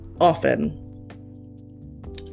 often